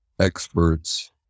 experts